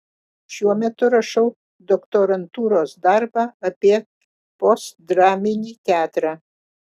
šiuo metu rašau doktorantūros darbą apie postdraminį teatrą